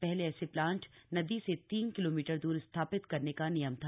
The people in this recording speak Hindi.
पहले ऐसे प्लांट नदी से तीन किलोमीटर दूर स्थापित करने का नियम था